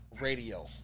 radio